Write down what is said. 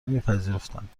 میپذیرفتند